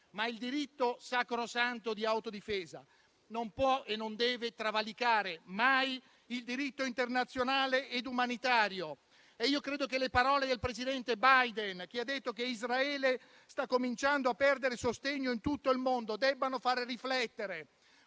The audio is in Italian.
il diritto sacrosanto di autodifesa non può e non deve travalicare mai il diritto internazionale ed umanitario e io credo che le parole del presidente Biden, che ha detto che Israele sta cominciando a perdere il sostegno in tutto il mondo, debbano fare riflettere